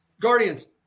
guardians